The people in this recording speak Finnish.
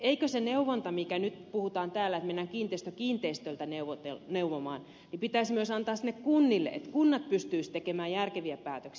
eikö se neuvonta mistä nyt puhutaan täällä että mennään kiinteistö kiinteistöltä neuvomaan pitäisi myös antaa sinne kunnille että kunnat pystyisivät tekemään järkeviä päätöksiä